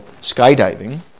skydiving